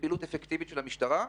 לפעילות אפקטיבית של המשטרה,